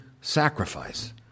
sacrifice